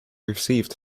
received